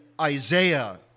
Isaiah